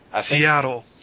Seattle